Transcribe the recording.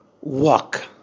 walk